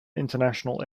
international